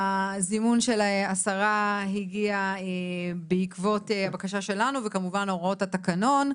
והזימון של השרה הגיע בעקבות הבקשה שלנו וכמובן הוראות התקנון.